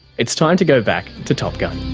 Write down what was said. it's time to go back to top gun.